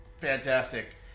Fantastic